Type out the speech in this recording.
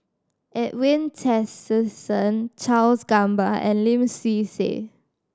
Edwin Tessensohn Charles Gamba and Lim Swee Say